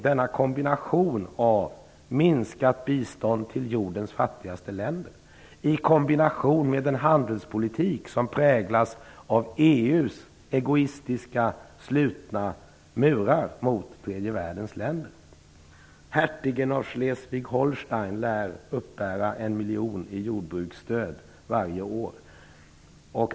Denna kombination av minskat bistånd till jordens fattigaste länder och en handelspolitik som präglas av EU:s egoistiska slutna murar mot tredje världens länder är oerhört olycklig. Hertigen av Schleswig-Holstein lär uppbära en miljon i jordbruksstöd varje år.